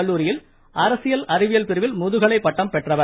கல்லூரியில் அரசியல் அறிவியல் பிரிவில் முதுகலை பட்டம் பெற்றவர்